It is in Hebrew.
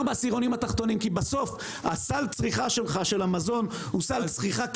כי בסוף סל הצריכה שלך של המזון הוא סל צריכה קשיח,